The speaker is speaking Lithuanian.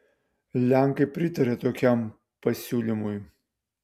lenkai pritarė tokiam pasiūlymui